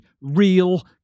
real